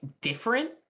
different